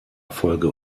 erfolge